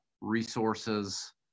resources